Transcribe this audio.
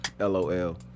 Lol